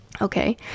okay